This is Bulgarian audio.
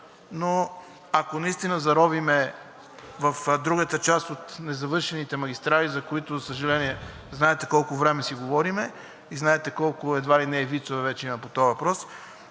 но ако наистина заровим в другата част от незавършените магистрали, за които, за съжаление, знаете колко време си говорим, едва ли не и вицове има по този въпрос,